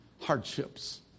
hardships